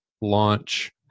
launch